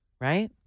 Right